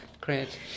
Great